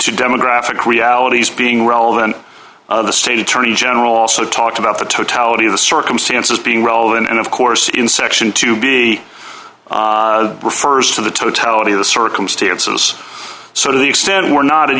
to demographic realities being relevant the state attorney general also talked about the totality of the circumstances being relevant and of course in section two b refers to the totality of the circumstances so to the extent we're not